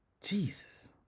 jesus